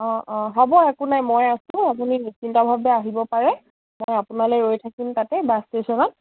অঁ অঁ হ'ব একো নাই মই আছোঁ আপুনি নিশ্চিন্তভাৱে আহিব পাৰে মই আপোনালে ৰৈ থাকিম তাতে বাছ ষ্টেচনত